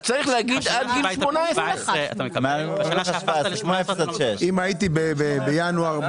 צריך להגיד: עד גיל 18. אם הייתי בן 17 בינואר,